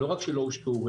לא רק שלא הושקעו,